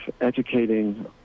educating